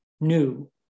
new